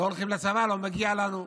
לא הולכים לצבא, לא מגיע לנו.